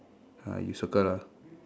uh you circle lah